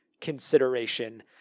consideration